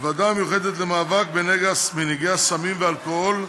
בוועדה המיוחדת למאבק בנגעי הסמים והאלכוהול,